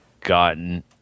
gotten